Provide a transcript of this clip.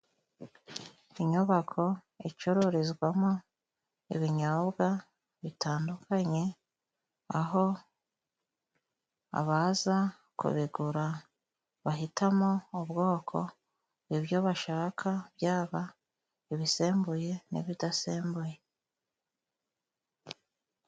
Inyubako icururizwamo ibinyobwa bitandukanye, aho abaza kubigura bahitamo ubwoko bw'ibyo bashaka, byaba ibisembuye n'ibidasembuye.